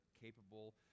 capable